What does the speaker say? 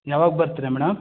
ಯಾವಾಗ ಬರ್ತೀರ ಮೇಡಮ್